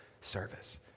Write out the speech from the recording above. service